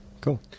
cool